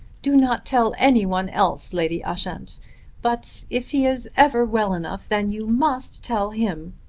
do not tell anyone else, lady ushant but if he is ever well enough then you must tell him.